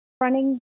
running